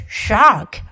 shark